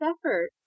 effort